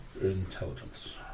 intelligence